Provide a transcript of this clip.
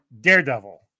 Daredevil